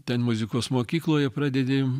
ten muzikos mokykloje pradedi